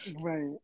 right